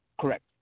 Correct